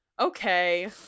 okay